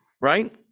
right